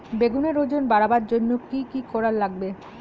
বেগুনের ওজন বাড়াবার জইন্যে কি কি করা লাগবে?